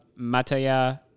Mataya